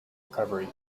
recovery